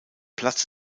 platz